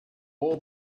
war